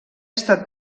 estat